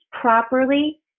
properly